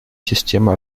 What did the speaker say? системы